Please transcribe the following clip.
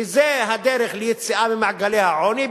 וזו הדרך ליציאה ממעגלי העוני.